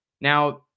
Now